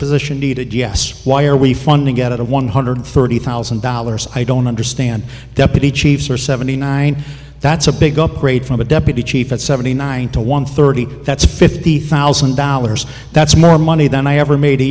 position needed yes why are we funding get a one hundred thirty thousand dollars i don't understand deputy chiefs or seventy nine that's a big upgrade from a deputy chief at seventy nine to one thirty that's fifty thousand dollars that's more money than i ever made a